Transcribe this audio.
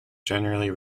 generally